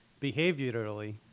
behaviorally